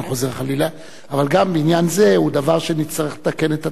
אבל גם בעניין זה הוא דבר שנצטרך לתקן את התקנון.